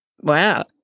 Wow